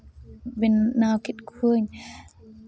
ᱵᱮᱱᱟᱣ ᱠᱮᱫ ᱠᱚᱣᱟᱧ